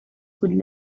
could